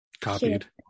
copied